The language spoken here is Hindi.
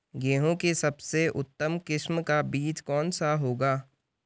गेहूँ की सबसे उत्तम किस्म का बीज कौन सा होगा?